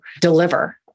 deliver